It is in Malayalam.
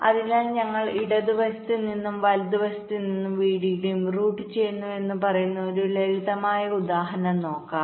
അതിനാൽ ഞങ്ങൾ ഇടതുവശത്ത് നിന്നും വലതുവശത്ത് നിന്ന് വിഡിഡിയും റൂട്ട് ചെയ്യുന്നുവെന്ന് പറയുന്ന ഒരു ലളിതമായ ഉദാഹരണം നോക്കാം